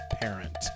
parent